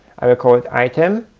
i will call it item.